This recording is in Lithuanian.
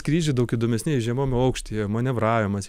skrydžiai daug įdomesni žemam aukštyje manevravimas